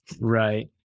Right